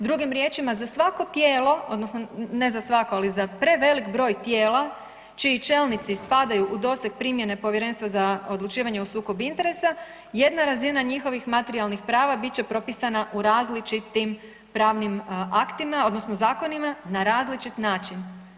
Drugim riječima za svako tijelo odnosno ne za svako, ali za prevelik broj tijela čiji čelnici spadaju u doseg primjene Povjerenstva za odlučivanje o sukobu interesa jedna razina njihovih materijalnih prava biti će propisana u različitim pravnim aktima odnosno zakonima na različit način.